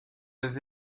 des